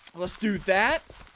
let's do that